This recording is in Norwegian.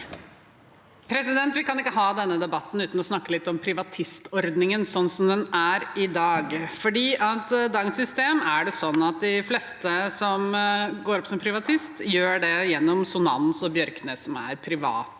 Vi kan ikke ha den- ne debatten uten å snakke litt om privatistordningen, sånn som den er i dag. I dagens system er det sånn at de fleste som går opp som privatist, gjør det gjennom Sonans og Bjørknes, som er private